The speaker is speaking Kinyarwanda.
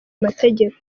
amategeko